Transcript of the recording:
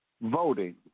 voting